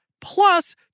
plus